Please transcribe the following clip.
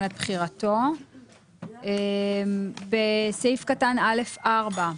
את בחירתו באחת מאלה: בסעיף קטן (א4).